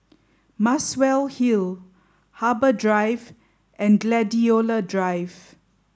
Muswell Hill Harbour Drive and Gladiola Drive